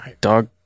dog